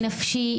נפשי,